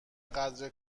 قدر